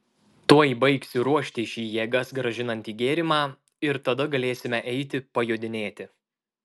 tuoj baigsiu ruošti šį jėgas grąžinantį gėrimą ir tada galėsime eiti pajodinėti